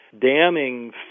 damning